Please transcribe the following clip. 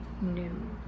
new